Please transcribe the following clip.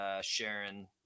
Sharon